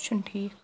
سُہ چھُنہٕ ٹھیٖک